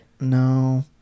No